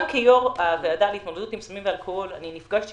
גם כיו"ר הוועדה להתמודדות עם סמים ואלכוהול נפגשתי